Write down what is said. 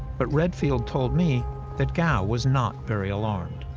but redfield told me that gao was not very alarmed.